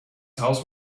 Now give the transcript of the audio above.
house